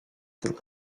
that